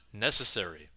necessary